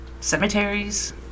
cemeteries